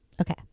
Okay